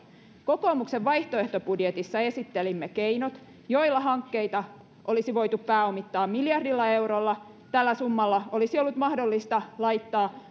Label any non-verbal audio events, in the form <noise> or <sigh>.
kokoomuksen vaihtoehtobudjetissa esittelimme keinot joilla hankkeita olisi voitu pääomittaa miljardilla eurolla tällä summalla olisi ollut mahdollista laittaa <unintelligible>